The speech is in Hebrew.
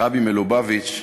הרבי מלובביץ'